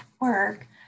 work